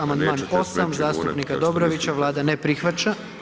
Amandman 8. zastupnika Dobrovića, Vlada ne prihvaća.